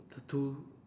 two